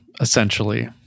essentially